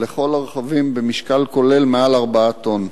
לכל הרכבים במשקל כולל מעל 4 טונות.